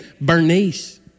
Bernice